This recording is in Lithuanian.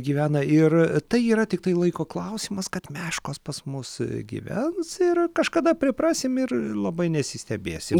gyvena ir tai yra tiktai laiko klausimas kad meškos pas mus gyvens ir kažkada priprasim ir labai nesistebėsim